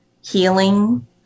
healing